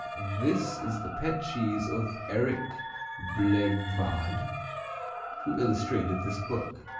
this is the pet cheese of erik blegvad who illustrated this book.